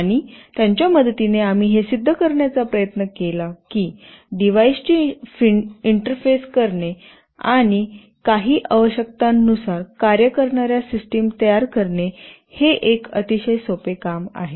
आणि त्यांच्या मदतीने आम्ही हे सिद्ध करण्याचा प्रयत्न केला की डिव्हाइसची इंटरफेस करणे आणि काही आवश्यकतांनुसार कार्य करणार्या सिस्टम तयार करणे हे एक अतिशय सोपे काम आहे